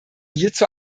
hierzu